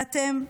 ואתם,